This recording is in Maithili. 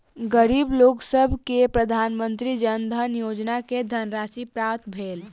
गरीब लोकसभ के प्रधानमंत्री जन धन योजना के धनराशि प्राप्त भेल